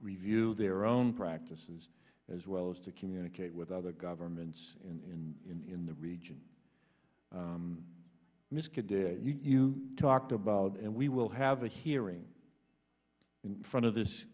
review their own practices as well as to communicate with other governments in in the region miska day you talked about and we will have a hearing in front of this